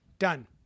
done